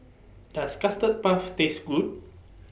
Does Custard Puff Taste Good